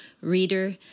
Reader